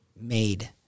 made